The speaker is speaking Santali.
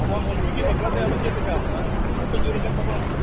ᱟᱵᱚᱣᱟᱜ ᱚᱞ ᱪᱤᱠᱤ ᱵᱟᱠᱷᱨᱟᱛᱮ ᱟᱫᱚ ᱪᱮᱫᱞᱮᱠᱟ ᱵᱟᱯᱮ ᱡᱳᱨ ᱟᱠᱟᱫ ᱛᱟᱵᱚᱱᱟ